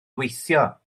weithio